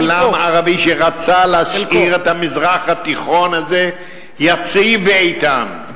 אותו עולם ערבי שרצה להשאיר את המזרח התיכון הזה יציב ואיתן.